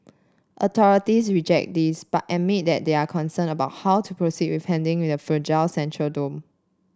authorities reject this but admit they are concerned about how to proceed with handling the fragile central dome